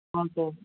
हजुर